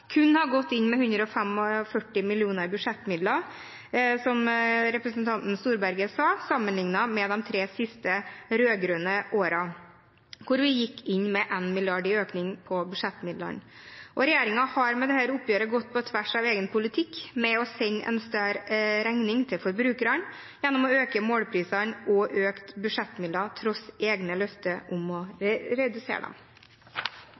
kun har gått inn med 145 mill. kr, sammenlignet med de tre siste rød-grønne årene, hvor vi gikk inn med 1 mrd. kr i økning på budsjettmidlene. Regjeringen har med dette oppgjøret gått på tvers av egen politikk med å sende en større regning til forbrukerne, gjennom å øke målprisene og økte budsjettmidler, tross egne løfter om å redusere dem.